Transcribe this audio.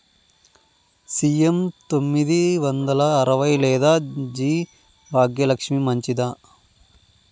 CM తొమ్మిది వందల అరవై లేదా జి భాగ్యలక్ష్మి మంచిదా?